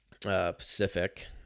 Pacific